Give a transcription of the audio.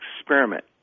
experiment